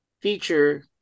feature